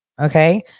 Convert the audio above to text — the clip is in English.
Okay